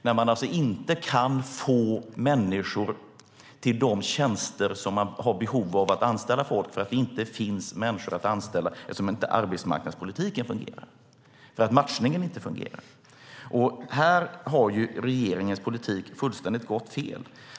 Man kan alltså inte få människor till de tjänster där man har behov av att anställa därför att det inte finns människor att anställa, eftersom arbetsmarknadspolitiken inte fungerar och för att matchningen inte fungerar. Här har ju regeringens politik gått fullständigt fel.